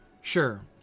sure